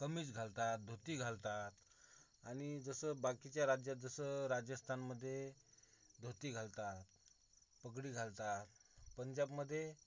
कमीज घालतात धोती घालतात आणि जसं बाकीच्या राज्यात जसं राजस्थानमध्ये धोती घालतात पगडी घालतात पंजाबमध्ये